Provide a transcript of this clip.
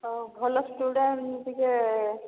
ତ ଭଲ ଷ୍ଟୁଡେଣ୍ଟ୍ ଟିକିଏ